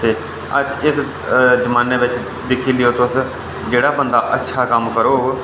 ते अज्ज इस जमानै बिच दिक्खी लैओ तुस जेह्ड़ा बंदा अच्छा कम्म करग